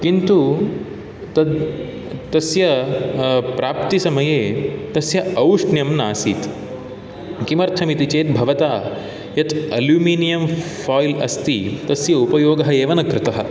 किन्तु तद् तस्य प्राप्तिसमये तस्य औष्ण्यं नासीत् किमर्थमिति चेत् भवता यत् अल्युमिनियम् फ़ाय्ल् अस्ति तस्य उपयोगः एव न कृतः